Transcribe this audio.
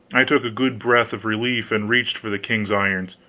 i took a good breath of relief, and reached for the king's irons.